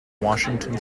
washington